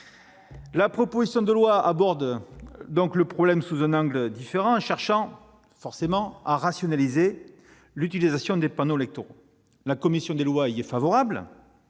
proposition de loi aborde le problème sous un angle différent, en cherchant à rationaliser l'utilisation des panneaux électoraux. La commission des lois y est favorable